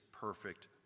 perfect